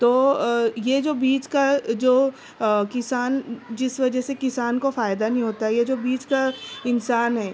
تو یہ جو بیچ کا جو کسان جس وجہ سے کسان کو فائدہ نہیں ہوتا یہ جو بیچ کا انسان ہے